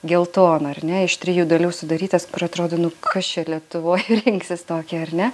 geltona ar ne iš trijų dalių sudarytas kur atrodo nu kas čia lietuvoj rinksis tokį ar ne